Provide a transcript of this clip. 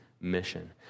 mission